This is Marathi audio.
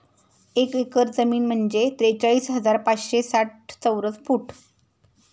एक एकर जमीन म्हणजे त्रेचाळीस हजार पाचशे साठ चौरस फूट